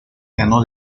ganó